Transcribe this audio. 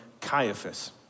Caiaphas